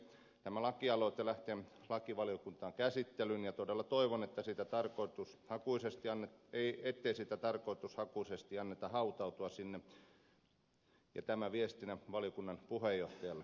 tämä lakialoite lähtee lakivaliokuntaan käsittelyyn ja todella toivon ettei sen tarkoitushakuisesti anneta hautautua sinne ja tämä viestinä valiokunnan puheenjohtajalle